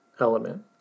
element